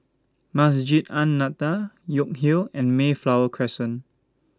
Masjid An Nahdhah York Hill and Mayflower Crescent